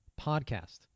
podcast